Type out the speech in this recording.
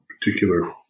particular